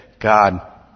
God